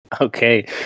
Okay